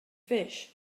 fish